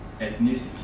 ethnicity